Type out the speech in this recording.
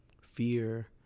fear